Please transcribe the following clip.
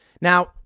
Now